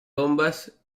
bombas